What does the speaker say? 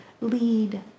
lead